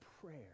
prayer